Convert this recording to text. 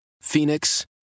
Phoenix